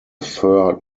fur